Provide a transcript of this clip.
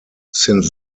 since